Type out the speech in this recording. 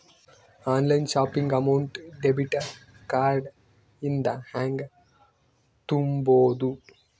Online shopping amount debit card ಇಂದ ಹೆಂಗ್ ತುಂಬೊದು?